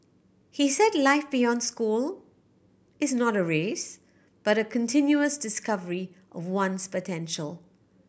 he said life beyond school is not a race but a continuous discovery of one's potential